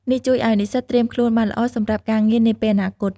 នេះជួយឱ្យនិស្សិតត្រៀមខ្លួនបានល្អសម្រាប់ការងារនាពេលអនាគត។